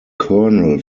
kernel